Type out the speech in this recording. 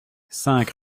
cinq